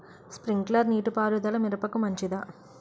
Sprinkler నీటిపారుదల మిరపకు మంచిదా?